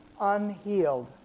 unhealed